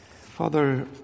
Father